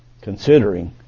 considering